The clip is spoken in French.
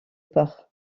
port